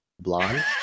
blonde